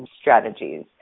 strategies